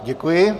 Děkuji.